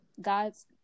God's